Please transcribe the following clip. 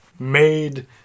made